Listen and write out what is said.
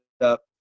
up